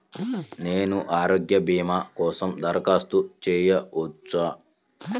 నేను ఆరోగ్య భీమా కోసం దరఖాస్తు చేయవచ్చా?